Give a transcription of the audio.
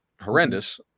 horrendous